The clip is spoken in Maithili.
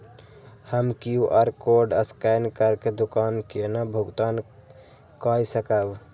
हम क्यू.आर कोड स्कैन करके दुकान केना भुगतान काय सकब?